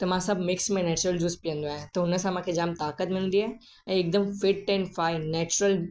त मां सभु मिक्स में नैचुरल जूस पीअंदो आहियां त उन सां मूंखे जामु ताक़त मिलंदी आहे ऐं हिकदमि फिट एन फाइन नैचुरल